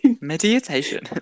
Meditation